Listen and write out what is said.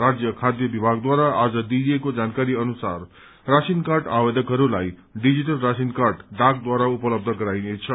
राज्य खाद्य विभागद्वारा आज दिइएको जानकारी अनुसार राशिन कार्ड आवेदकहरूलाई डिजिटल राशिन कार्ड डाकट्वारा उपलब्ध गराइनेछ